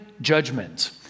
judgment